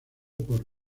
por